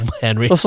Henry